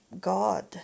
God